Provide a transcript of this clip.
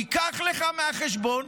ניקח לך מהחשבון,